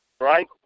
Right